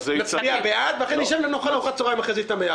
נצביע בעד ואחר כך נשב ונאכל איתם ארוחת צוהריים ביחד.